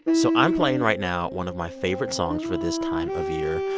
so i'm playing right now one of my favorite songs for this time of year,